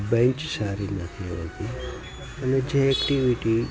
bench સારી નથી હોતી અને જે એક્ટિવિટી